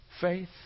faith